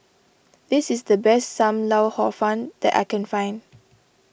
this is the best Sam Lau Hor Fun that I can find